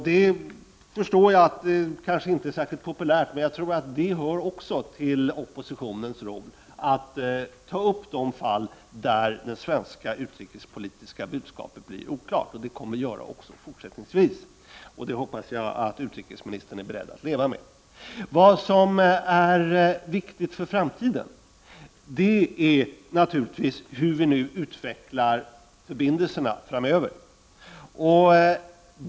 Jag förstår att det kanske inte är så populärt, men det hör också till oppositionens roll att ta upp de fall där det svenska utrikespolitiska budskapet blir oklart. Det kommer vi att göra också fortsättningsvis, och det hoppas jag att utrikesministern är beredd att leva med. Vad som är viktigt för framtiden är naturligtvis hur vi nu utvecklar förbindelserna framöver.